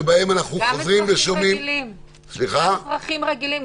שבהם אנחנו חוזרים ושומעים --- גם אזרחים רגילים,